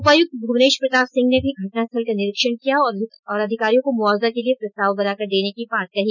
उपायुक्त भूवनेश प्रताप सिंह ने भी घटनास्थल का निरीक्षण किया और अधिकारियों को मुआवजा के लिए प्रस्ताव बनाकर देने की बात कही